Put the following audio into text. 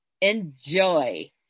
Enjoy